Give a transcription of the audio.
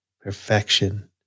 perfection